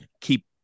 keep